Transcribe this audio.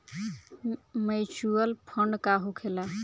Mutual fund का होखेला?